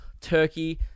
turkey